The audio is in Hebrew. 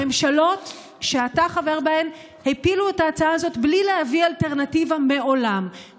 הממשלות שאתה חבר בהן הפילו את ההצעה הזאת בלי להביא אלטרנטיבה מעולם.